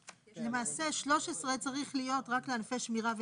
למעשה, 13 צריך להיות רק לענפי שמירה וניקיון.